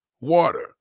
water